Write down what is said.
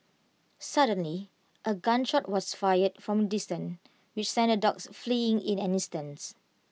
suddenly A gun shot was fired from distance which sent the dogs fleeing in an instance